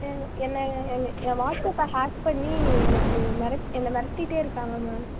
எ என்ன எங்கள் என் வாட்ஸப்பை ஹேக் பண்ணி எனக்கு மெரட் என்ன மிரட்டிட்டே இருக்காங்க மேம்